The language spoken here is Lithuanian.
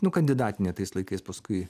nu kandidatinę tais laikais paskui